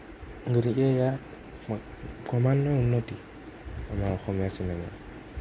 গতিকে ইয়াৰ ক্ৰমান্নয় উন্নতি আমাৰ অসমীয়া চিনেমাৰ